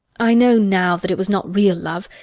i know now that it was not real love,